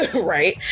Right